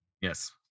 Yes